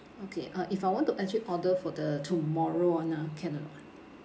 okay uh if I want to actually order for the tomorrow [one] ah can or not ah